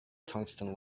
tungsten